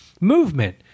movement